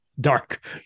dark